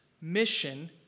mission